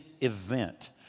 event